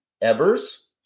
Evers